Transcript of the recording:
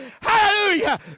Hallelujah